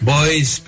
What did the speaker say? Boys